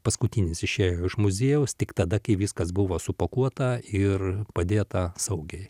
paskutinis išėjo iš muziejaus tik tada kai viskas buvo supakuota ir padėta saugiai